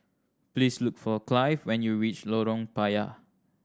please look for Clive when you reach Lorong Payah